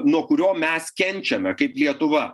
nuo kurio mes kenčiame kaip lietuva